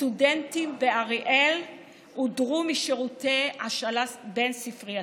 הסטודנטים באריאל הודרו משירותי השאלה בין-ספרייתית.